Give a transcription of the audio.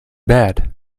bad